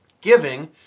Giving